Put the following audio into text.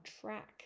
track